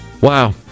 Wow